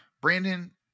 Brandon